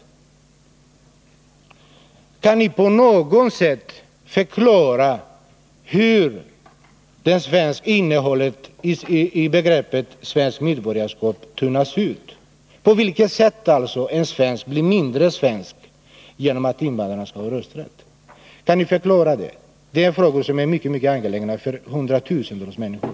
Kan ni på något sätt förklara hur innehållet i begreppet svenskt medborgarskap tunnas ut, alltså på vilket sätt en svensk blir mindre svensk när det gäller att ge invandrarna rösträtt? Det är frågor som är mycket angelägna för hundratusentals människor.